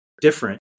different